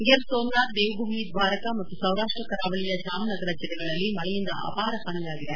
ಗಿರ್ ಸೋಮನಾಥ್ ದೇವಭೂಮಿ ದ್ವಾರಕ ಮತ್ತು ಸೌರಾಷ್ಷ ಕರಾವಳಿಯ ಜಾಮ್ ನಗರ ಜಿಲ್ಲೆಗಳಲ್ಲಿ ಮಳೆಯಿಂದ ಅಪಾರ ಹಾನಿಯಾಗಿದೆ